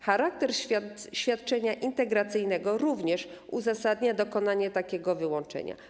Charakter świadczenia integracyjnego również uzasadnia dokonanie takiego wyłączenia.